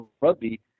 rugby